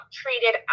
treated